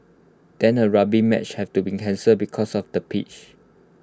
then A rugby match had to be cancelled because of the pitch